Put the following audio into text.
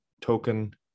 token